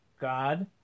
God